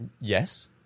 yes